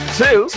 two